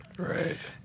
Right